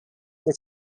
that